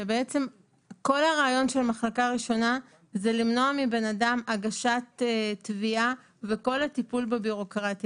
כל הרעיון שלו הוא למנוע מאדם הגשת תביעה ואת כל הטיפול בבירוקרטיה.